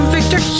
Victor